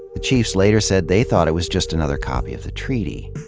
the chiefs later said they thought it was just another copy of the treaty.